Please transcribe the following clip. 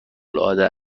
العاده